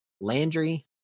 Landry